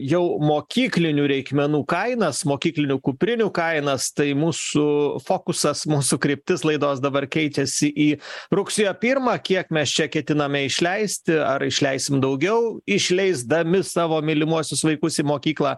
jau mokyklinių reikmenų kainas mokyklinių kuprinių kainas tai mūsų fokusas mūsų kryptis laidos dabar keičiasi į rugsėjo pirmą kiek mes čia ketiname išleisti ar išleisim daugiau išleisdami savo mylimuosius vaikus į mokyklą